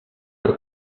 per